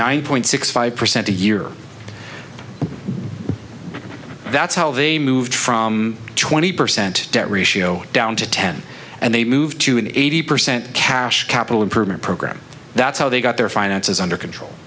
nine point six five percent a year that's how they moved from twenty percent debt ratio down to ten and they moved to an eighty percent cash capital improvement program that's how they got their finances under control